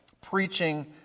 preaching